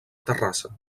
terrassa